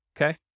Okay